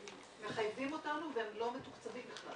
-- שמחייבים אותנו והם לא מתוקצבים בכלל